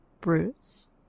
Bruce